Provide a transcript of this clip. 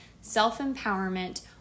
self-empowerment